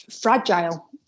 fragile